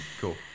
Cool